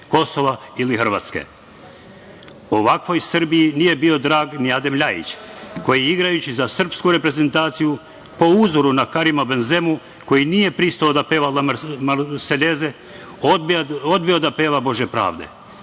Kosova ili Hrvatske. Ovakvoj Srbiji nije bio drag ni Adem Ljajić koji je igrajući za srpsku reprezentaciju, po uzoru na Karima Benzemu koji nije pristao da peva „Marseljezu“, odbio da peva „Bože pravde“.